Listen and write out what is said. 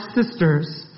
sisters